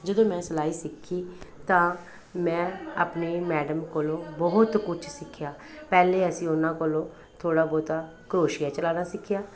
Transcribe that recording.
ਜਦੋਂ ਮੈਂ ਸਿਲਾਈ ਸਿੱਖੀ ਤਾਂ ਮੈਂ ਆਪਣੇ ਮੈਡਮ ਕੋਲੋਂ ਬਹੁਤ ਕੁਝ ਸਿੱਖਿਆ ਪਹਿਲੇ ਅਸੀਂ ਉਹਨਾਂ ਕੋਲੋਂ ਥੋੜ੍ਹਾ ਬਹੁਤਾ ਕਰੋਸ਼ੀਆ ਚਲਾਉਣਾ ਸਿੱਖਿਆ